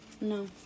No